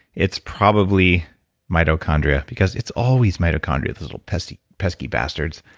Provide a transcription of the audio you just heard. it's probably mitochondria because it's always mitochondria, those little pesky pesky bastards.